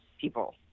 people